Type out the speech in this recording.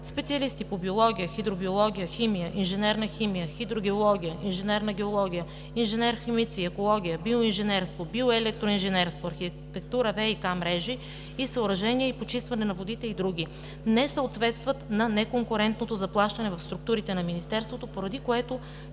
специалисти по биология, хидробиология, химия, инженерна химия, хидрогеология, инженерна геология, инженер-химици, екология, биоинженерство, биоелектроинженерство, архитектура, ВиК мрежи и съоръжения, почистване на водите и други не съответстват на неконкурентното заплащане в структурите на Министерството, поради което